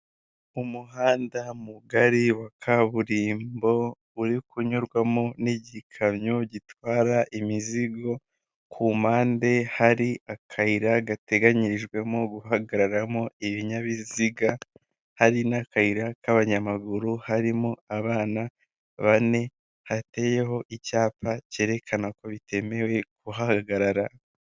Umuhanda mugari wa kaburimbo, uri kunyurwamo n'igikamyo gitwara imizigo, ku mpande hari akayira gateganyirijwemo guhagararamo ibinyabiziga, hari n'akayira k'abanyamaguru, harimo abana bane, hateyeho icyapa cyerekana ko bitemewe guhagarara.